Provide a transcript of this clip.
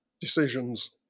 decisions